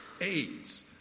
aids